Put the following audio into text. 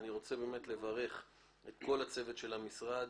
אני רוצה לברך את כל הצוות של המשרד.